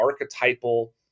archetypal